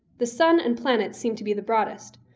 the sun and planets seem to be the broadest,